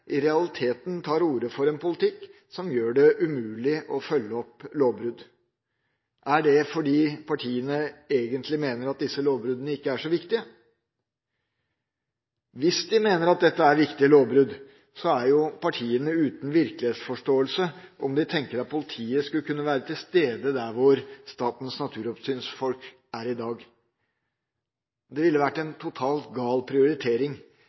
i realiteten tar til orde for en politikk som gjør det umulig å følge opp lovbrudd. Er det fordi partiene egentlig mener at disse lovbruddene ikke er så viktige? Hvis de mener at det er viktige lovbrudd, er partiene uten virkelighetsforståelse, om de tenker seg at politiet skal kunne være til stede der hvor Statens naturoppsyns folk er i dag. Det ville også vært en totalt gal prioritering.